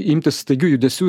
imtis staigių judesių